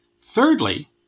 Thirdly